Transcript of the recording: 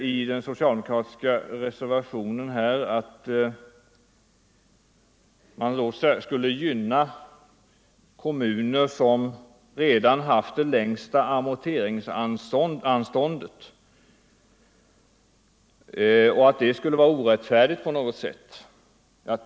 I den socialdemokratiska reservationen 3 sägs det att man skulle gynna ”de kommuner som redan haft det längsta amorteringsanståndet”, vilket skulle vara orättfärdigt på något sätt.